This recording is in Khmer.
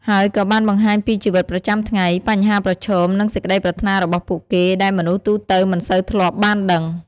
ហើយក៏បានបង្ហាញពីជីវិតប្រចាំថ្ងៃ បញ្ហាប្រឈម និងសេចក្តីប្រាថ្នារបស់ពួកគេ ដែលមនុស្សទូទៅមិនសូវធ្លាប់បានដឹង ។